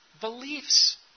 Beliefs